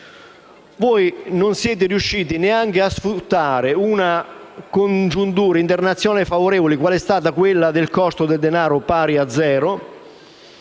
Non siete riusciti neanche a sfruttare una congiuntura internazionale favorevole, quale è stata quella del costo del denaro pari a zero,